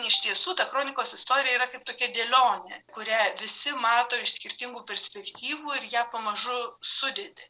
iš tiesų ta kronikos istorija yra kaip tokia dėlionė kurią visi mato iš skirtingų perspektyvų ir ją pamažu sudedi